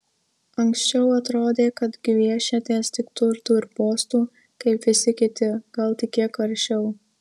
anksčiau atrodė kad gviešiatės tik turtų ir postų kaip visi kiti gal tik kiek aršiau